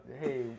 hey